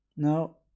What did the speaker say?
Now